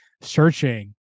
searching